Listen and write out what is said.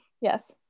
Yes